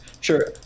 Sure